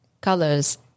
colors